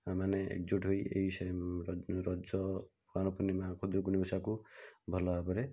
ମାନେ ଏକଜୁଟ୍ ହୋଇ ଏହି ସେହି ରଜ କୁମାର ପୂର୍ଣ୍ଣିମା ଖୁଦୁରୁକୁଣୀ ଓଷାକୁ ଭଲ ଭାବରେ